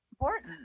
important